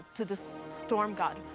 to the storm god.